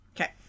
Okay